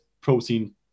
protein